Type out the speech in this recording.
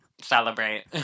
celebrate